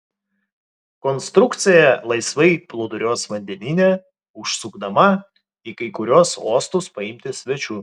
konstrukcija laisvai plūduriuos vandenyne užsukdama į kai kuriuos uostus paimti svečių